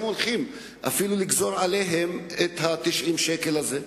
הולכים לגזור עליהם את 90 השקלים האלה.